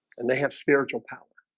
and they have spiritual power